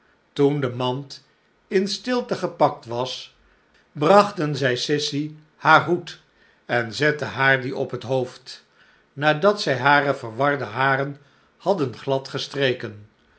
toen de mand in stilte gepakt was brachten zij sissy haar hoed en zetten haar dien op het hoofd nadat zij hare verwarde haren hadden